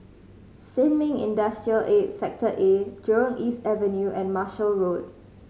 Sin Ming Industrial Estate Sector A Jurong East Avenue and Marshall Road